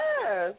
Yes